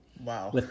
Wow